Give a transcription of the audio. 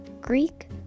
Greek